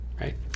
right